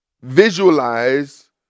visualize